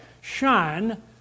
shine